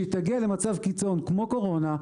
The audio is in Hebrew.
שאם היא תגיע למצב קיצון כמו קורונה,